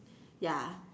ya